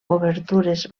obertures